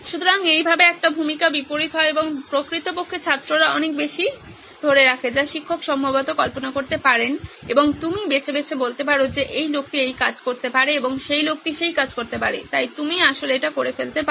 সুতরাং এইভাবে একটি ভূমিকা বিপরীত হয় এবং প্রকৃতপক্ষে ছাত্ররা অনেক বেশি ধরে রাখে যা শিক্ষক সম্ভবত কল্পনা করতে পারেন এবং আপনি বেছে বেছে বলতে পারেন যে এই লোকটি এই কাজটি করতে পারে এবং সেই লোকটি সেই কাজটি করতে পারে তাই আপনি আসলে এটা করে ফেলতে পারেন